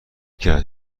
کرد